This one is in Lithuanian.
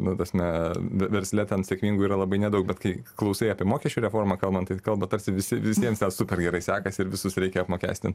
nu tasme versle ten sėkmingų yra labai nedaug bet kai klausai apie mokesčių reformą kalbant tai kalba tarsi visi visiems ten super gerai sekasi ir visus reikia apmokestint